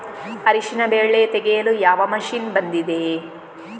ಅರಿಶಿನ ಬೆಳೆ ತೆಗೆಯಲು ಯಾವ ಮಷೀನ್ ಬಂದಿದೆ?